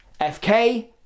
FK